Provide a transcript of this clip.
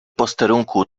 posterunku